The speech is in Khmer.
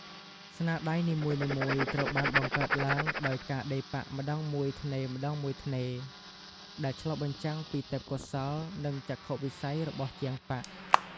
ស្នាដៃនីមួយៗត្រូវបានបង្កើតឡើងដោយការដេរប៉ាក់ម្តងមួយថ្នេរៗ ដែលឆ្លុះបញ្ចាំងពីទេពកោសល្យ និងចក្ខុវិស័យរបស់ជាងប៉ាក់។